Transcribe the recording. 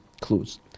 Clues